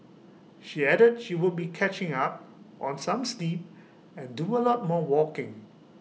she added she would be catching up on some sleep and do A lot more walking